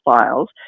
files